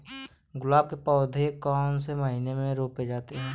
गुलाब के पौधे कौन से महीने में रोपे जाते हैं?